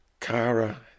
Kara